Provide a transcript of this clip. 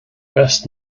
best